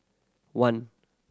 one